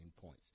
points